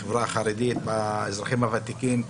בחברה החרדית ובאזרחים הוותיקים,